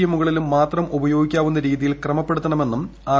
എമ്മുകളിലും മാത്രം ഉപയോഗിക്കാവുന്ന രീതിയിൽ ക്രമപ്പെടുത്തണമെന്നും ആർ